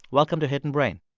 welcome to hidden brain.